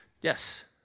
Yes